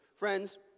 Friends